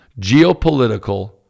geopolitical